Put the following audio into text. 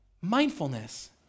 mindfulness